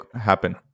happen